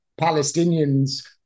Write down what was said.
Palestinians